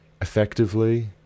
effectively